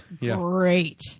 great